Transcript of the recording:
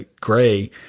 gray